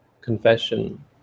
confession